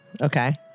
Okay